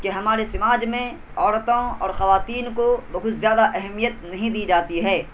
کہ ہمارے سماج میں عورتوں اور خواتین کو بہت زیادہ اہمیت نہیں دی جاتی ہے